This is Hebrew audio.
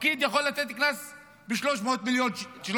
פקיד יכול לתת קנס של 300,000 שקל.